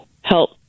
help